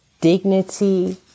dignity